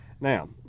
now